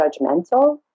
judgmental